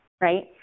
right